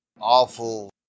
Awful